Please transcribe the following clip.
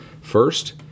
first